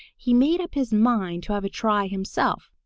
he made up his mind to have a try himself,